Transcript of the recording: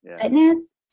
fitness